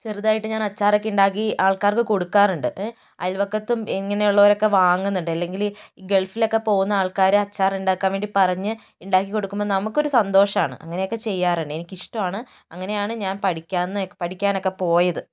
ചെറുതായിട്ട് ഞാനച്ചാറൊക്കെ ഉണ്ടാക്കി ആൾക്കാർക്ക് കൊടുക്കാറുണ്ട് അയൽവക്കത്തും ഇങ്ങനെയുള്ളവരൊക്കെ വാങ്ങുന്നുണ്ട് ഇല്ലെങ്കില് ഈ ഗൾഫിലൊക്കെ പോകുന്ന ആൾക്കാര് അച്ചാറുണ്ടാക്കാൻ പറഞ്ഞ് ഉണ്ടാക്കി കൊടുക്കുമ്പോൾ നമുക്കൊരു സന്തോഷമാണ് അങ്ങനെയൊക്കെ ചെയ്യാറുണ്ട് എനിക്കിഷ്ട്ടമാണ് അങ്ങനെയാണ് ഞാൻ പഠിക്കാന് പഠിക്കാനൊക്കെ പോയത്